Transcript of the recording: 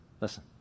listen